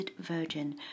virgin